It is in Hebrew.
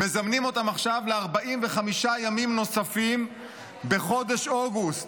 מזמנים אותם עכשיו ל-45 ימים נוספים בחודש אוגוסט?